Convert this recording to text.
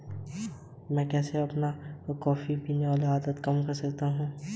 Pan card पर कितना loan मिल सकता है?